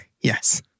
Yes